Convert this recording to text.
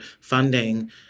funding